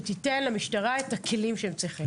שתיתן למשטרה את הכלים שהם צריכים.